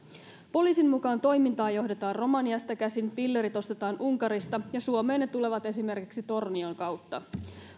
poliisin mukaan toimintaa johdetaan romaniasta käsin pillerit ostetaan unkarista ja suomeen ne tulevat esimerkiksi tornion kautta